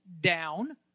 down